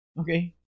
Okay